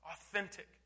authentic